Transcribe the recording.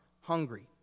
hungry